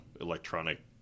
electronic